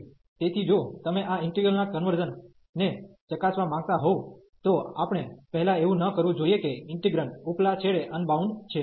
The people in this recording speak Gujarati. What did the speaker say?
તેથી જો તમે આ ઈન્ટિગ્રલ ના કન્વર્ઝન ને ચકાસવા માંગતા હો તો આપણે પહેલા એવું ન કરવું જોઈએ કે ઈન્ટિગ્રેન્ડ ઉપલા છેડે અનબાઉન્ડ છે